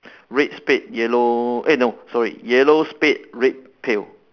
red spade yellow eh no sorry yellow spade red pail